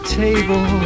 table